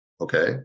Okay